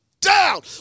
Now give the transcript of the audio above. down